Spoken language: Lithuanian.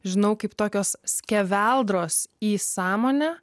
žinau kaip tokios skeveldros į sąmonę